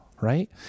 right